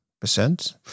percent